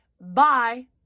bye